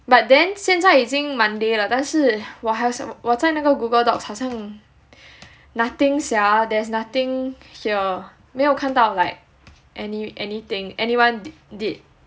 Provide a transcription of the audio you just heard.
but then 现在已经 monday 了但是我还是我在那个 Google docs 好像 nothing sia there's nothing here 没有看到 like any anything anyone did